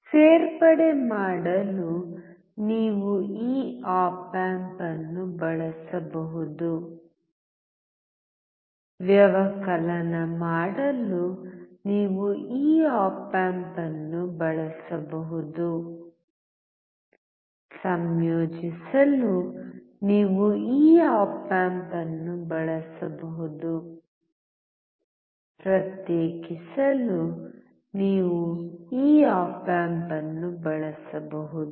ಸೇರ್ಪಡೆ ಮಾಡಲು ನೀವು ಈ ಆಪ್ ಆಂಪ್ ಅನ್ನು ಬಳಸಬಹುದು ವ್ಯವಕಲನ ಮಾಡಲು ನೀವು ಈ ಆಪ್ ಆಂಪ್ ಅನ್ನು ಬಳಸಬಹುದು ಸಂಯೋಜಿಸಲು ನೀವು ಈ ಆಪ್ ಆಂಪ್ ಅನ್ನು ಬಳಸಬಹುದು ಪ್ರತ್ಯೇಕಿಸಲು ನೀವು ಈ ಆಪ್ ಆಂಪ್ ಅನ್ನು ಬಳಸಬಹುದು